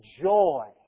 joy